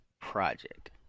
project